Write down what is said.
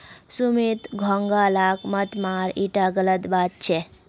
सुमित घोंघा लाक मत मार ईटा गलत बात छ